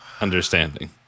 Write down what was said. understanding